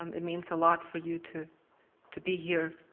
um it means a lot for you to to be here,